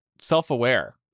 self-aware